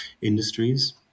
industries